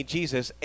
Jesus